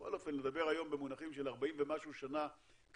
בכל אופן לדבר היום במונחים של 40 ומשהו שנה קדימה,